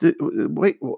wait